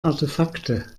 artefakte